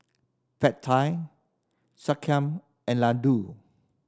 Pad Thai Sekihan and Ladoo